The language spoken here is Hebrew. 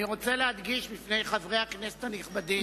אני רוצה להדגיש בפני חברי הכנסת הנכבדים,